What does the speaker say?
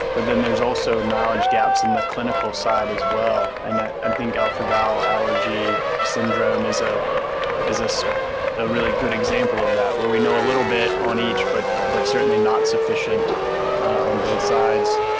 but then there's also knowledge gaps in the clinical side as well. and i think alpha-gal allergy syndrome is ah is a really good example of that, where we know a little bit on each but but certainly not sufficient on both sides.